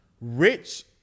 Rich